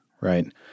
Right